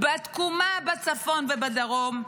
בתקומה בצפון ובדרום,